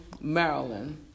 Maryland